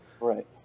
Right